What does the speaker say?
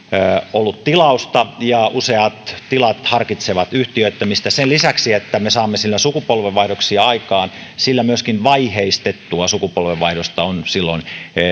ollut tilausta ja useat tilat harkitsevat yhtiöittämistä sen lisäksi että me saamme sillä sukupolvenvaihdoksia aikaan sillä myöskin vaiheistettua sukupolvenvaihdosta on silloin